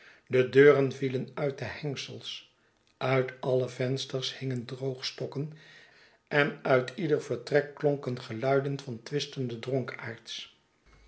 de deuren vielen uit de hengsels uit alle vensters hingen droogstokken en uit ieder vertrek klonken geluiden van twistende dronkaards